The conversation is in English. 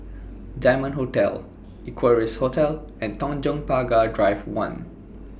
Diamond Hotel Equarius Hotel and Tanjong Pagar Drive one